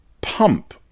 pump